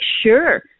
sure